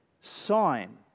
sign